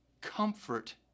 comfort